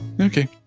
Okay